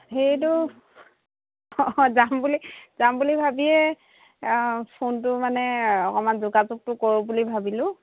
সেইটো অঁ যাম বুলি যাম বুলি ভাবিয়ে ফোনটো মানে অকণমান যোগাযোগটো কৰোঁ বুলি ভাবিলোঁ